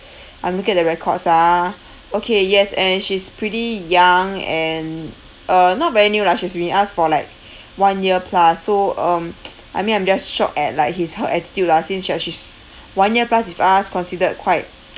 I'm looking at the records ah okay yes and she's pretty young and uh not very new lah she's been with us for like one year plus so um I mean I'm just shocked at like his her attitude lah since like she's one year plus with us considered quite